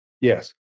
yes